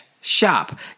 shop